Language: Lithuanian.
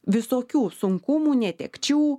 visokių sunkumų netekčių